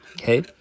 Okay